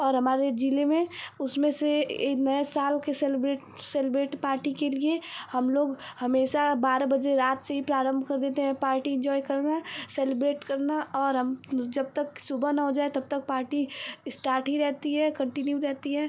और हमारे ज़िले में उसमें से ए नए साल के सेलिब्रेट सेलिब्रेट पार्टी के लिए हम लोग हमेशा बारह बजे रात से ही प्रारंभ कर देते हैं पार्टी इन्जॉय करना सेलिब्रेट करना और हम जब तक सुबह न हो जाए तब तक पार्टी इस्टार्ट ही रहती है कंटिन्यू रहती है